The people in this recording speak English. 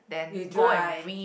you dry